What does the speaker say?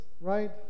right